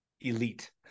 elite